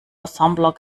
assembler